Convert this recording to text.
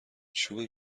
چوب